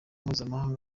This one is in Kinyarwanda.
mpuzamahanga